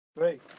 Great